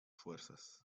fuerzas